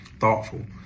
thoughtful